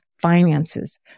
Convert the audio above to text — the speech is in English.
finances